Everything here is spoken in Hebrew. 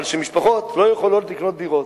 אבל כשמשפחות לא יכולות לקנות דירות,